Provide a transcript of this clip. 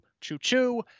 Choo-choo